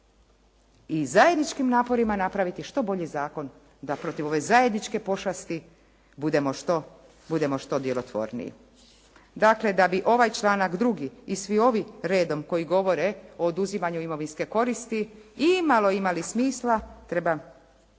I zajedničkim naporima napraviti što bolji zakon, da protiv ove zajedničke pošasti budemo što djelotvorniji. Dakle, da bi ovaj članak 2. i svi drugi koji redom koji govore o oduzimanju imovinske koristi i imalo imali smisla treba